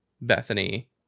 Bethany